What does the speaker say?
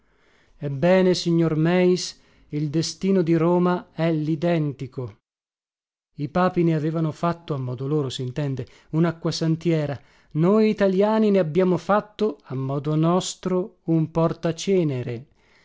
ebbene signor meis il destino di roma è lidentico i papi ne avevano fatto a modo loro sintende unacquasantiera noi italiani ne abbiamo fatto a modo nostro un portacenere